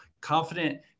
Confident